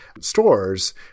stores